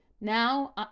now